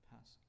pass